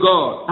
God